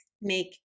make